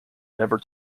never